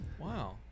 Wow